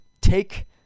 take